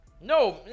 No